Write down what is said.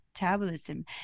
Metabolism